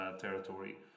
territory